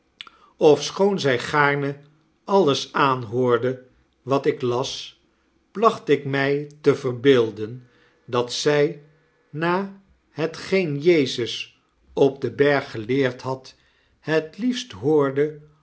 ofschoon zy gaarne alles aanhoorde watik las placht ik my te verbeelden dat zy na hetgeen jezus op den berg geleerd had het liefst hoorde